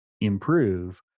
improve